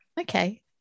Okay